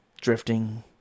Drifting